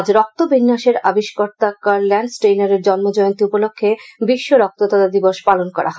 আজ রক্ত বিন্যাসের আবিষ্কর্তা কার্ল ল্যান্ডস্টেইনারের জন্ম জয়ন্তী উপলক্ষে বিশ্ব রক্তদাতা দিবস পালন করা হয়